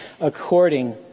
according